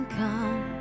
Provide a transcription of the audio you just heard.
come